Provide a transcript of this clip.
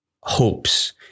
hopes